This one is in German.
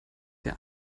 der